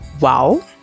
wow